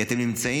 כי אתם נמצאים.